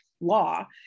law